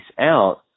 out